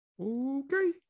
okay